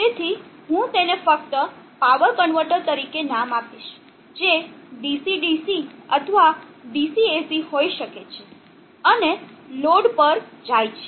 તેથી હું તેને ફક્ત પાવર કન્વર્ટર તરીકે નામ આપીશ જે DC DC અથવા DC AC હોઈ શકે છે અને લોડ પર જાય છે